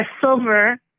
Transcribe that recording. silver